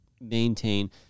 maintain